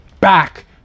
back